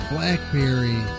Blackberry